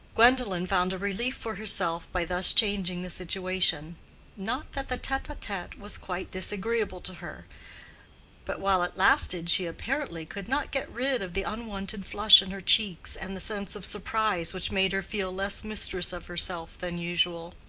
gwendolen found a relief for herself by thus changing the situation not that the tete-a-tete was quite disagreeable to her but while it lasted she apparently could not get rid of the unwonted flush in her cheeks and the sense of surprise which made her feel less mistress of herself than usual.